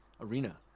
arena